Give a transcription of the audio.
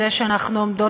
זה עלול